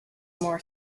more